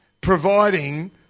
providing